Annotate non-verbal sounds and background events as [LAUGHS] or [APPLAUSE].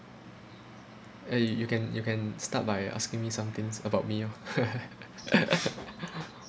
eh you can you can start by asking me some things about me loh [LAUGHS]